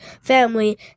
family